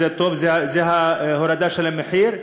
זה טוב, זו הורדה של המחיר.